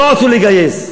לא רצו לגייס.